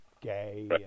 gay